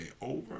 over